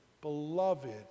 beloved